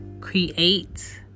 create